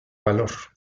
valor